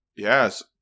Yes